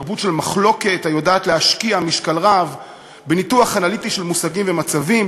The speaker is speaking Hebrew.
תרבות של מחלוקת היודעת להשקיע משקל רב בניתוח אנליטי של מושגים ומצבים,